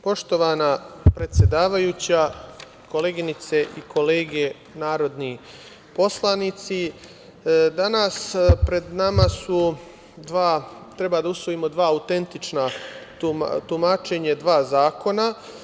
Poštovana predsedavajuća, koleginice i kolege narodni poslanici, danas pred nama su dva, treba da usvojimo dva autentična, tumačenje dva zakona.